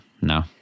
No